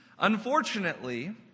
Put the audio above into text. Unfortunately